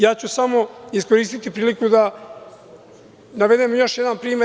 Ja ću samo iskoristiti priliku da navedem još jedan primer.